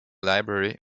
library